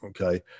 Okay